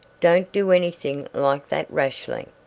don't do anything like that rashly.